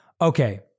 Okay